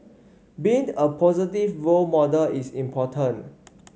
being a positive role model is important